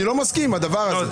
אני לא מסכים עם הדבר הזה.